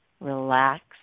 relax